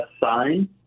sign